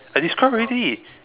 I describe already